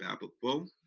applicable,